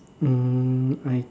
mm I t~